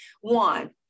One